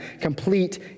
complete